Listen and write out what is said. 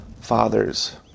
fathers